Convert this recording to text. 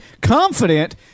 confident